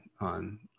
on